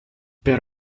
per